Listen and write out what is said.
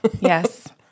Yes